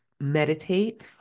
meditate